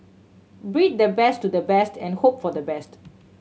breed the best to the best and hope for the best